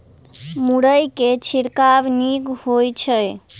मुरई मे छिड़काव नीक होइ छै?